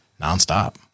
nonstop